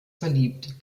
verliebt